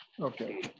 Okay